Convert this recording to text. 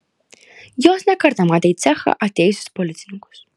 jos ne kartą matė į cechą atėjusius policininkus